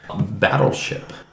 Battleship